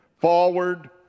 forward